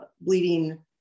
bleeding